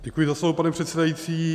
Děkuji za slovo, pane předsedající.